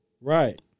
Right